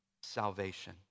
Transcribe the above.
salvation